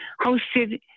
hosted